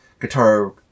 guitar